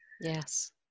yes